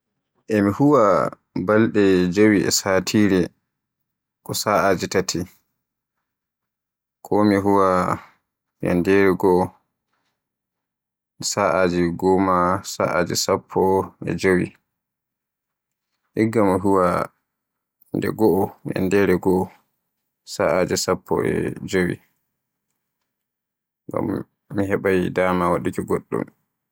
E mi huwa balɗe jewi e satire sa'aji tati, ko mi huwa yanndere goo e satire sa'aji goma- sa'aji sappo e jewi. Igga mi huwa nde goo yanndere goo. Saaje sappo e jewi. Ngam mi heɓa dama waduuki goɗɗum